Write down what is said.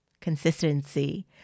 consistency